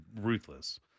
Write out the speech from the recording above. ruthless